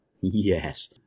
Yes